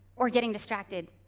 or getting distracted.